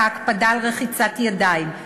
את ההקפדה על רחיצת ידיים,